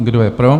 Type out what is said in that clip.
Kdo je pro?